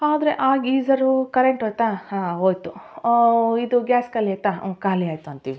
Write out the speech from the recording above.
ಆದರೆ ಆ ಗೀಝರೂ ಕರೆಂಟ್ ಹೋಯ್ತ ಹಾಂ ಹೋಯಿತು ಇದು ಗ್ಯಾಸ್ ಖಾಲಿ ಆಯ್ತಾ ಖಾಲಿ ಆಯಿತು ಅಂತೀವಿ